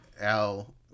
al